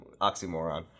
oxymoron